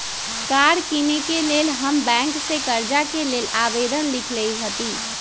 कार किनेके लेल हम बैंक से कर्जा के लेल आवेदन लिखलेए हती